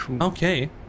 okay